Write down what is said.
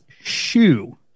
shoe